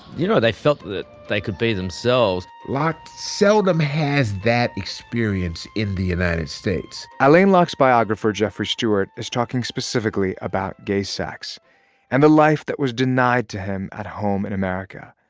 you know, they felt they could be themselves locke seldom has that experience in the united states alain locke's biographer jeffrey stewart is talking specifically about gay sex and the life that was denied to him at home in america.